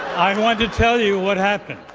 i want to tell you what happened.